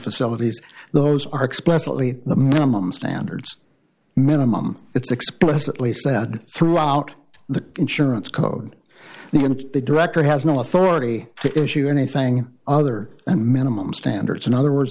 facilities those are explicitly minimum standards minimum it's explicitly said throughout the insurance code and the director has no authority to issue anything other than minimum standards in other words